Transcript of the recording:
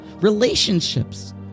relationships